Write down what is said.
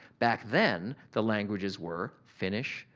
back then the languages were finnish,